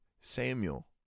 Samuel